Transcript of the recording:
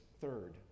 third